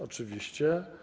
Oczywiście.